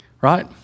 right